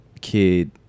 kid